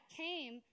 came